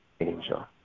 angel